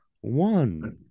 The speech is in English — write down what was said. One